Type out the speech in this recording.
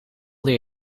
leer